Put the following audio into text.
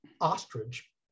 ostrich